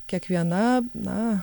kiekviena na